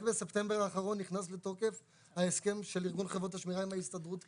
רק בספטמבר האחרון נכנס לתוקף ההסכם של ארגון חברות השמירה עם ההסתדרות.